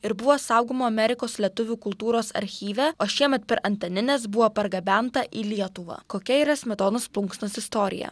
ir buvo saugoma amerikos lietuvių kultūros archyve o šiemet per antanines buvo pargabenta į lietuvą kokia yra smetonos plunksnos istorija